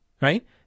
right